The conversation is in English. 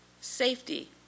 Safety